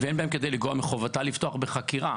ואין בהם כדי לגרוע מחובתה לפתוח בחקירה.